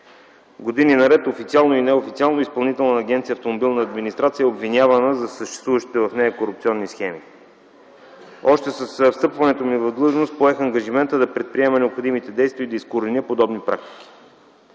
Години наред официално и неофициално Изпълнителна агенция „Автомобилна администрация” е обвинявана за съществуващите в нея корупционни схеми. Още с встъпването ми в длъжност поех ангажимента да предприема необходимите действия и да изкореня подобни практики.